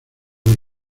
del